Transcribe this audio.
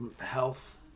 health